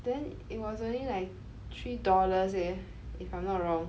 then it was only like three dollars leh if I'm not wrong